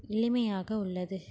எளிமையாக உள்ளது